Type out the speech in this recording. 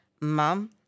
mom